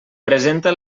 presenta